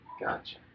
gotcha